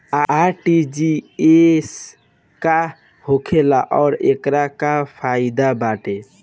RTGS का होखेला और ओकर का फाइदा बाटे?